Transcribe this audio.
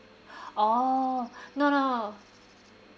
orh no no